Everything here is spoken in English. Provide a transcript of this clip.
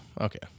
okay